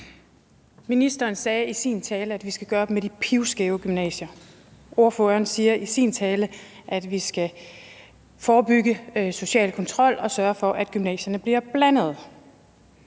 Ministeren sagde i sin tale, at vi skal gøre op med de pivskæve gymnasier, og ordføreren siger i sin tale, at vi skal forebygge social kontrol og sørge for, at gymnasierne bliver blandede.